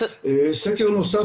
סקר נוסף,